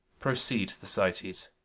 proceed, thersites.